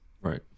Right